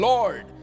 Lord